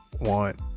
want